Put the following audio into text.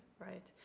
right.